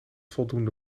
voldoende